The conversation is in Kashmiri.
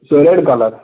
سُہ ریڈ کلر